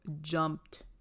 jumped